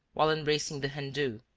while embracing the hindoo.